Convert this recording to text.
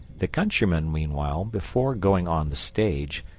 the countryman, meanwhile, before going on the stage,